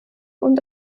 und